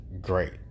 great